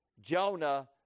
Jonah